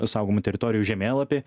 saugomų teritorijų žemėlapį